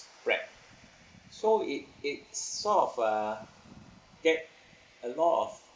spread so it it sort of uh get a lot of